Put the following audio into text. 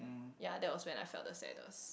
ya that was when I felt the saddest